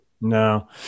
No